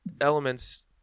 elements